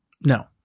No